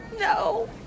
no